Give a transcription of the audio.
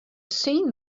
seen